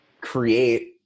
create